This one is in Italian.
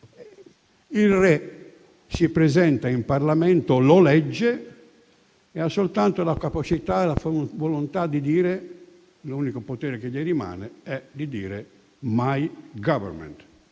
il Re si presenta in Parlamento, lo legge, e ha soltanto la capacità e la volontà - è questo l'unico potere che gli rimane - di dire: «*My Government*»,